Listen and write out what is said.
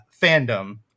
fandom